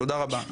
תודה רבה.